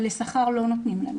אבל לשכר לא נותנים.